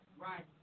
Right